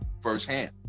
firsthand